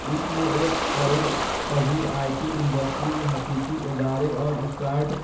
اس میں ایک فروغ پذیر آئی ٹی انڈسٹری حقیقی ادارے اور اسٹارٹ